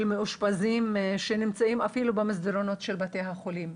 מאושפזים שנמצאים אפילו במסדרונות בתי החולים.